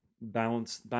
balance